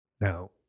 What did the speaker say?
Now